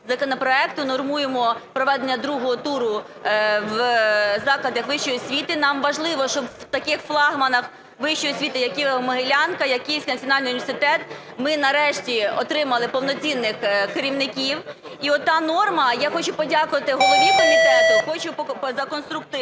законопроект, унормуємо проведення другого туру в закладах вищої освіти. Нам важливо, щоб в таких флагманах вищої освіти як Києво-Могилянка, як Київський національний університет ми нарешті отримали повноцінних керівників і та норма… Я хочу подякувати голові комітету за конструктив.